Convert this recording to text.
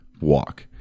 walk